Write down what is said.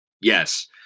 yes